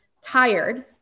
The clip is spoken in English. tired